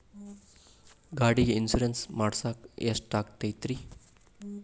ಗಾಡಿಗೆ ಇನ್ಶೂರೆನ್ಸ್ ಮಾಡಸಾಕ ಎಷ್ಟಾಗತೈತ್ರಿ?